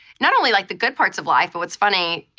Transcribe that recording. not only like the good parts of life, but what's funny,